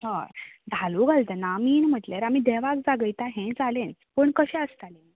हय धालो घालतना मैन म्हणल्यार आमी देवाक जागयता हें जालेंच पूण कशें आसता न्ही